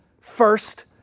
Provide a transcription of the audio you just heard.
first